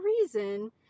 reason